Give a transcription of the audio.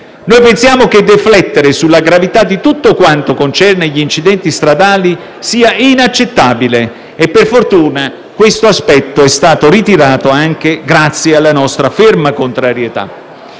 Pensiamo che deflettere sulla gravità di tutto quanto concerne gli incidenti stradali sia inaccettabile e, per fortuna, quest'aspetto è stato ritirato anche grazie alla nostra ferma contrarietà.